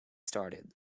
started